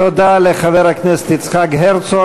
תודה לחבר הכנסת יצחק הרצוג.